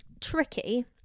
tricky